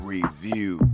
Review